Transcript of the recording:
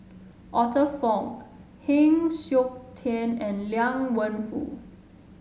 Arthur Fong Heng Siok Tian and Liang Wenfu